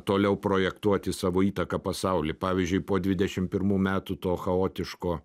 toliau projektuoti savo įtaką pasauly pavyzdžiui po dvidešim pirmų metų to chaotiško